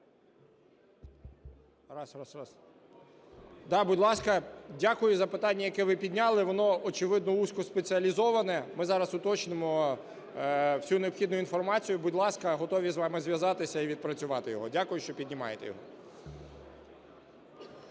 Дякую за питання, яке ви підняли. Воно, очевидно, вузько спеціалізоване, ми зараз уточнимо всю необхідну інформацію. Будь ласка, готові з вами зв'язатися і відпрацювати його. Дякую, що піднімаєте його.